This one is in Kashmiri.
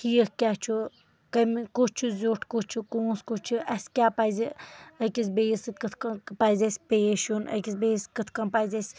ٹھیٖک کیٚاہ چُھ کُس چُھ زیٚٹھ کُس چُھ کوٗنٛژھ کُس چُھ اَسہِ کیٚاہ پَزِ أکِس بیٚیس سۭتۍ کِتھ پٲٹھۍ پَزِ اَسہِ پیٚش یُن أکِس بیٚس کِتھ کٕنۍ پَز اَسہِ